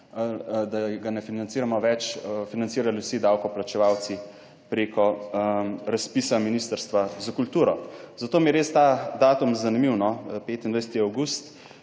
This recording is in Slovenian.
da ga ne financiramo več, financirali vsi davkoplačevalci preko razpisa Ministrstva za kulturo. Zato mi je res ta datum zanimiv, no, 25. avgust,